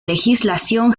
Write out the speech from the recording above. legislación